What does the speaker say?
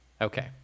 Okay